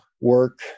work